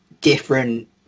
different